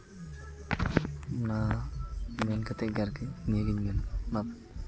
ᱚᱱᱟ ᱢᱮᱱ ᱠᱟᱛᱮᱫ ᱜᱮ ᱟᱨᱠᱤ ᱱᱤᱭᱟᱹᱜᱤᱧ ᱢᱮᱱᱟ